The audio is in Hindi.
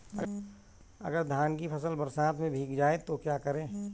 अगर धान की फसल बरसात में भीग जाए तो क्या करें?